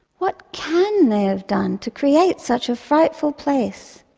what can they have done to create such a frightful place.